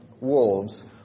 wolves